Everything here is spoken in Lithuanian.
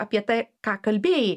apie tai ką kalbėjai